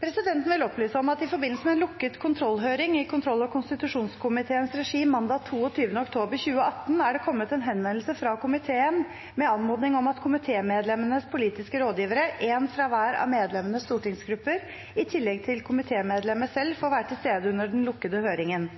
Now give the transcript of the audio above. Presidenten vil opplyse om at i forbindelse med en lukket kontrollhøring i kontroll- og konstitusjonskomiteens regi mandag 22. oktober 2018 er det kommet en henvendelse fra komiteen med anmodning om at komitémedlemmenes politiske rådgivere – én fra hver av medlemmenes stortingsgrupper – i tillegg til komitémedlemmene selv får være til stede under den lukkede høringen.